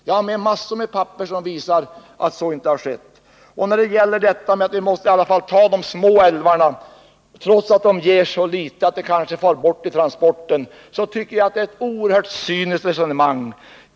Jag har mängder av handlingar som visar att så icke har skett. När det gäller detta att man måste bygga ut de små älvarna trots att de ger så litet energitillskott att vinsten kanske kommer bort i transporten tycker jag att man för ett oerhört cyniskt resonemang.